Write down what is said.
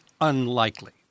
unlikely